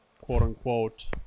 quote-unquote